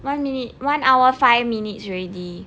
one minute one hour our five minutes already